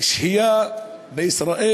שהייה בישראל